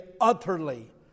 utterly